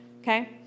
Okay